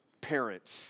parents